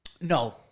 No